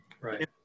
Right